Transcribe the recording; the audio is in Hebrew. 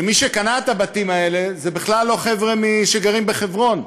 שמי שקנה את הבתים האלה זה בכלל לא חבר'ה שגרים בחברון.